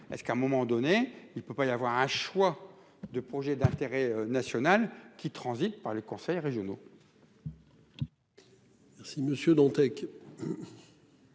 parce qu'à un moment donné il peut pas y avoir un choix de projets d'intérêt national qui transitent par les conseils régionaux. Merci Monsieur Dantec.